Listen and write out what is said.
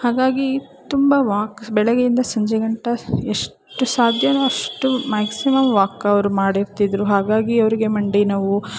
ಹಾಗಾಗಿ ತುಂಬ ವಾಕ್ ಬೆಳಗ್ಗೆಯಿಂದ ಸಂಜೆಗಂಟ ಎಷ್ಟು ಸಾಧ್ಯವೋ ಅಷ್ಟು ಮ್ಯಾಕ್ಸಿಮಮ್ ವಾಕ್ ಅವರು ಮಾಡಿರ್ತಿದ್ದರು ಹಾಗಾಗಿ ಅವ್ರಿಗೆ ಮಂಡಿ ನೋವು